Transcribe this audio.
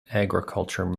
agriculture